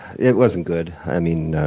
it wasn't good. i mean,